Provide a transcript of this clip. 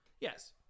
Yes